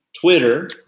Twitter